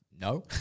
no